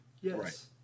Yes